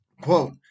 quote